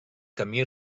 camí